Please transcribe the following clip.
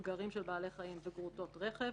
פגרים של בעלי חיים וגרוטאות רכב,